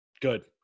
Good